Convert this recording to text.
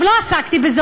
לא עסקתי בזה.